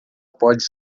pode